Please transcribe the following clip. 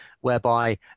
whereby